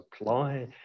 apply